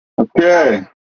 Okay